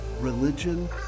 Religion